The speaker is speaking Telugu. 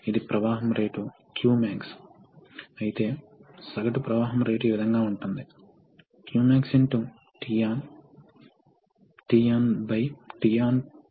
మరియు హైడ్రాలిక్స్తో సమానమైన కంప్రెషర్ లను పరిశీలిస్తాము కంప్రెషర్లు సాధారణంగా వాతావరణంలో ఉండే ఇన్లెట్ ప్రెజర్ నుండి గ్యాసెస్ ను కంప్రెస్ చేయడానికి రూపొందించబడిన యంత్రాలు